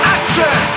Action